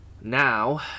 Now